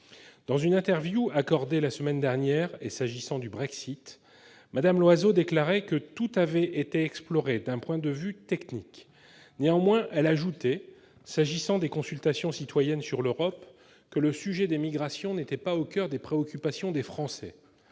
Dans une interview accordée la semaine dernière sur la question du Brexit, Mme Loiseau déclarait que tout avait été exploré d'un point de vue technique. Néanmoins, elle ajoutait, s'agissant des consultations citoyennes sur l'Europe, que le sujet des migrations n'était pas au coeur des préoccupations des Français.